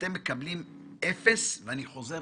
אתם מקבלים אפס ריבית?